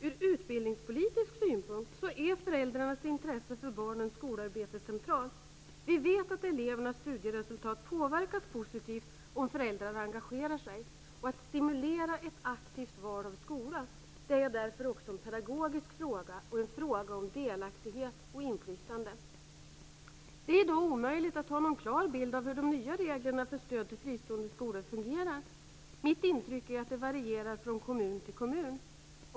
Ur utbildningspolitisk synpunkt är föräldrarnas intresse för barnens skolarbete centralt. Vi vet att elevernas studieresultat påverkas positivt om föräldrarna engagerar sig. Att stimulera ett aktivt val av skola är därför också en pedagogisk fråga och en fråga om delaktighet och inflytande. Det är i dag omöjligt att ha någon klar bild av hur de nya reglerna för stöd till fristående skolor fungerar. Mitt intryck är att det varierar från kommun till kommun.